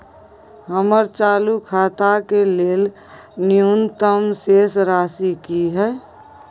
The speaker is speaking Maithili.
हमर चालू खाता के लेल न्यूनतम शेष राशि की हय?